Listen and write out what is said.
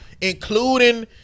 including